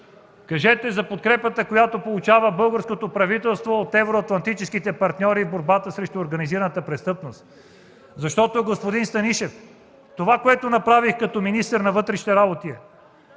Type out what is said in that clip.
Кажете за подкрепата, която получава българското правителство от евроатлантическите партньори в борбата срещу организираната престъпност. Защото, господин Станишев, това, което направих като министър на вътрешните работи, е